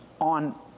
on